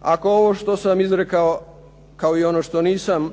ako ovo što sam izrekao, kao i ono što nisam,